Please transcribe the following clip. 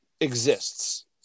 exists